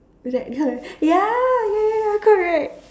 it's like her ya ya correct